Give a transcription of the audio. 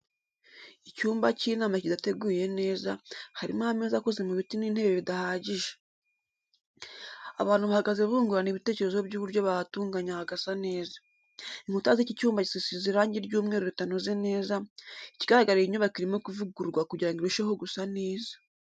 Icyumba cy'imana kidateguye neza, harimo ameza akoze mu biti n'intebe bidahagije. Abantu bahagaze bungurana ibitekerezo by'uburyo bahatunganya hagasa neza. Inkuta z'iki cyumba zisize irangi ry'umweru ritanoze neza, ikigaragara iyi nyubako irimo kuvugururwa kugira ngo irusheho gusa neza.